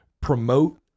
promote